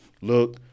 Look